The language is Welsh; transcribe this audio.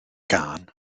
gân